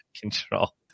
Control